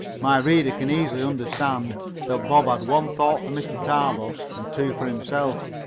my reader can easily understand that bob had one thought for mr. tarbill and two for himself.